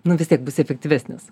nu vis tiek bus efektyvesnis